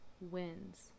wins